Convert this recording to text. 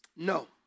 No